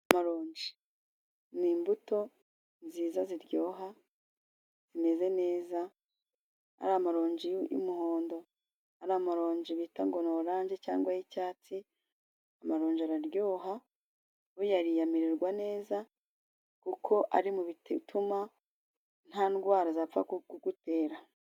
Amaronji ni imbuto nziza ziryoha zimeze neza ari amaronji y'umuhondo, ari amaronji bita ngo ni oranje cyangwa y'icyatsi amaronji araryoha buyariye amererwa neza kuko ari mubituma nta ndwara zapfa kugutera.